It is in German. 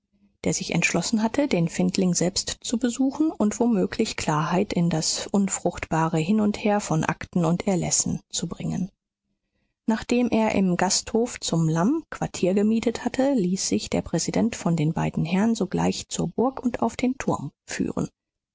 der sich entschlossen hatte den findling selbst zu besuchen und womöglich klarheit in das unfruchtbare hinundher von akten und erlässen zu bringen nachdem er im gasthof zum lamm quartier gemietet hatte ließ sich der präsident von den beiden herren sogleich zur burg und auf den turm führen